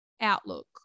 outlook